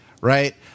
right